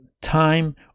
time